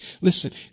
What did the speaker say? Listen